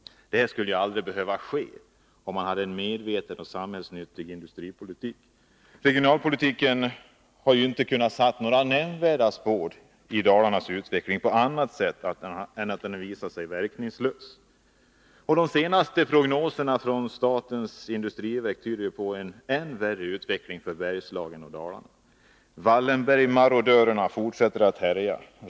Detta skulle aldrig behöva ske, om man hade en medveten och samhällsnyttig industripolitik. Regionalpolitiken har inte kunnat sätta nämnvärda spår i Dalarnas utveckling på annat sätt än att den har visat sig verkningslös. De senaste prognoserna från statens industriverk tyder på en än värre utveckling för Bergslagen och Dalarna. Wallenbergmarodörerna fortsätter att härja.